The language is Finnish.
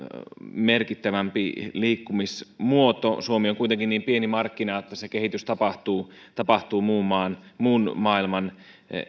merkittävämpi liikkumismuoto suomi on kuitenkin niin pieni markkina että se kehitys tapahtuu tapahtuu muun maailman